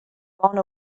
gone